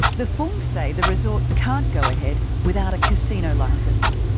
the fungs say the resort can't go ahead without a casino licence,